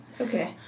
Okay